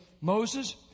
Moses